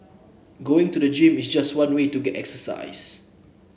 going to the gym is just one way to get exercise